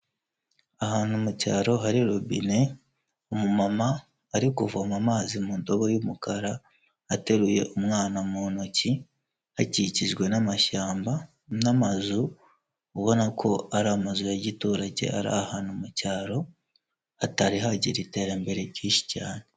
Ahantu mu cyaro hari robine umumama ari kuvoma amazi mu ndobo y'umukara ateruye umwana mu ntoki, hakikijwe n'amashyamba n'amazu ubona ko ari amazu ya giturage ari ahantu mu cyaro hatari hagira iterambere ryinshi cyane.